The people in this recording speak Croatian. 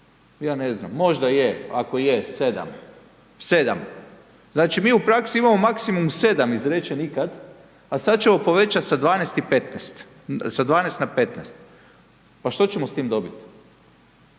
Ja ne znam, možda je, ako je 7, 7. Znači mi u praksi imamo maksimum 7 izrečenih ikad a sada ćemo povećati sa 12 na 15. Pa što ćemo s time dobiti?